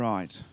Right